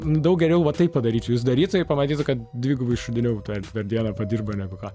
daug geriau va taip padaryčiau jis darytų jei pamatytų kad dvigubai šūdiniau tą per dieną padirba negu ką